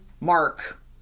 Mark